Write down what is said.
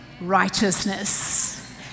righteousness